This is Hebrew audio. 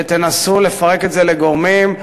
ותנסו לפרק את זה לגורמים.